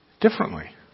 differently